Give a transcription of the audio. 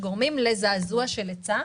גורמות לזעזוע של היצע.